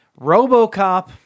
Robocop